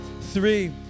three